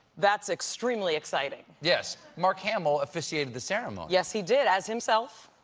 that's extremely exciting. yes. mark hamill officiated the ceremony. yes, he did, as himself.